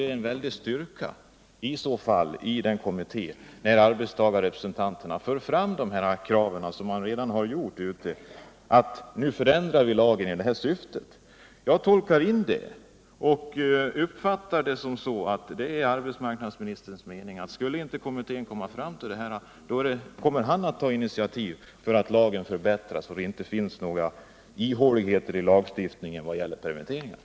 Det vore i så fall en väldig styrka för arbetstagarrepresentanterna i kommittén, när de för fram kravet på att lagen skall ändras i detta syfte. Jag uppfattar svaret så, att det är arbetsmarknadsministerns mening att han, om kommittén inte skulle komma fram till något resultat, kommer att ta initiativ till att lagen förbättras så att det inte finns några håligheter i lagstiftningen när det gäller permitteringarna.